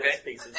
Okay